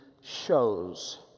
shows